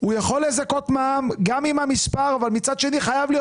הוא יכול לזכות מע"מ גם עם המספר אבל מצד שני חייב להיות